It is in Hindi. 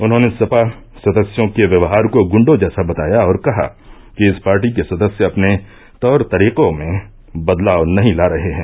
उन्होंने सपा सदस्यों के व्यवहार को गुंडों जैसा बताया और कहा कि इस पार्टी के सदस्य अपने तौर तरीकों में बदलाव नहीं ला रहे हैं